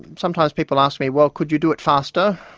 sometimes people ask me, well, could you do it faster?